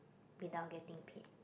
without getting paid